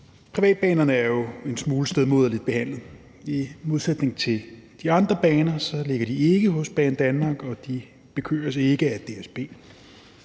Privatbanerne er jo en smule stedmoderligt behandlet. I modsætning til de andre baner ligger de ikke hos Banedanmark, og de bekøres ikke af DSB,